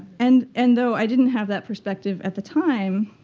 and and though i didn't have that perspective at the time,